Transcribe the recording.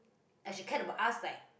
and she cared about us like